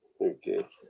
Okay